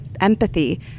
empathy